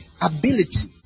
ability